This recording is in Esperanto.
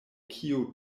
kio